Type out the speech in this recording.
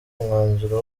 umwanzuro